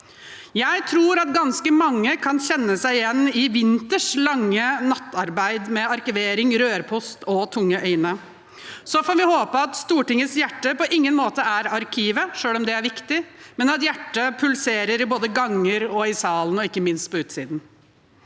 Jeg tror at ganske mange kan kjenne seg igjen i Winters lange nattarbeid med arkivering, rørpost og tunge øyne. Vi får håpe at Stortingets hjerte på ingen måte er arkivet – selv om det er viktig – men at hjertet pulserer både i ganger, i salen og ikke minst på utsiden.